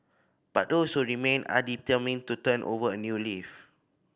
but those who remain are determined to turn over a new leaf